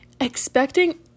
expecting